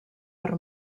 per